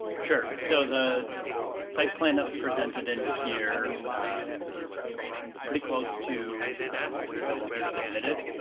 chair. so the site plan that was presented in here is pretty close to what we feel will be submitted.